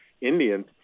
Indians